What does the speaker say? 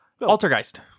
Altergeist